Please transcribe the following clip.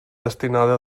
destinada